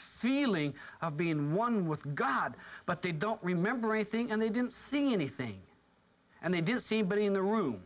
feeling of being one with god but they don't remember a thing and they didn't see anything and they didn't see but in the room